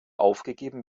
aufgegeben